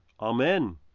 Amen